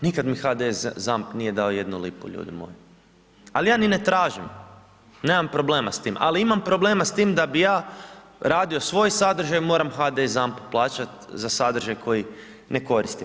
Nikad mi HDS ZAMP nije dao jednu lipu ljudi moji, ali ja ni ne tražim, nemam problema s tim, ali imam problema s tim da bi ja radio svoj sadržaj moram HDS ZAMP-u plaćat za sadržaj koji ne koristim.